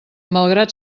malgrat